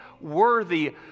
worthy